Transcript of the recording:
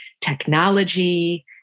technology